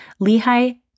Lehi